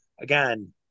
again